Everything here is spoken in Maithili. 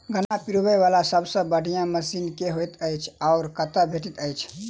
गन्ना पिरोबै वला सबसँ बढ़िया मशीन केँ होइत अछि आ कतह भेटति अछि?